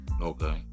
Okay